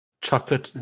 chocolate